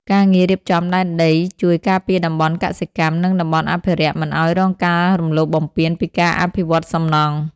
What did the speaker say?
ការងាររៀបចំដែនដីជួយការពារតំបន់កសិកម្ម និងតំបន់អភិរក្សមិនឱ្យរងការរំលោភបំពានពីការអភិវឌ្ឍសំណង់។